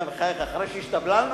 מה, בחייך, אחרי שהשתבללנו?